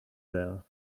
there